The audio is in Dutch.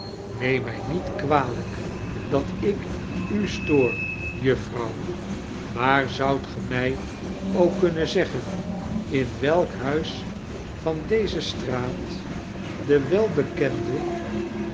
neem my niet kwalp dat ik u stoor juffrouw maar zoudt gy my ook kunnen zeggen in welk huis van deze straat de welbekendeen